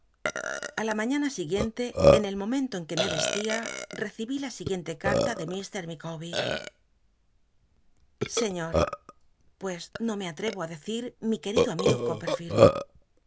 a la maiíana siguicnle en el momen to en que me vestía rccibí la siguiente carta de lllr micaw bcr señor pues no me atrevo á decir mi querido amigo